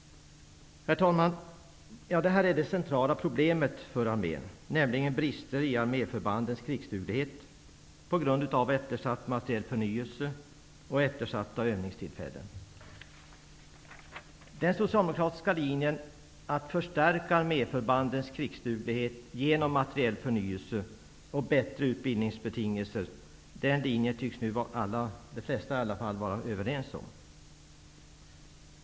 Herr talman! Ja, det centrala problemet för armén är brister i arméförbandens krigsduglighet på grund av eftersatt materiell förnyelse och eftersatta övningstillfällen. Den socialdemokratiska linjen är att förstärka arméförbandens krigsduglighet med hjälp av materiell förnyelse och bättre utbildningsbetingelser. Den linjen tycks nu de flesta vara överens om.